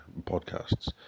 podcasts